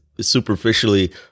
superficially